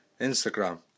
Instagram